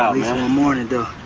morning though.